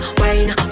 wine